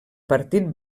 partit